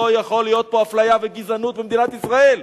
לא יכולה להיות פה אפליה וגזענות במדינת ישראל.